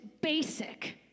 basic